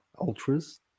ultras